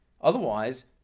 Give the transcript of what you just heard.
Otherwise